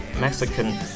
Mexican